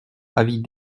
avis